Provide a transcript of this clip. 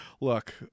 look